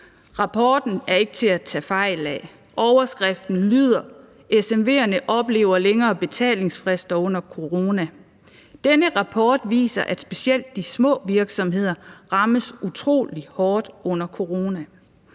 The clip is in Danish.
Rapporten er ikke til at tage fejl af. Overskriften lyder: »SMV'erne oplever længere betalingsfrister under corona«. Denne rapport viser, at specielt de små virksomheder rammes utrolig hårdt under corona.